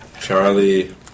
Charlie